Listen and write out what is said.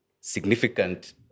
significant